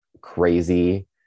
crazy